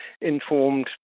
informed